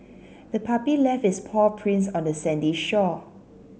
the puppy left its paw prints on the sandy shore